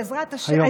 בעזרת השם,